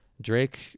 Drake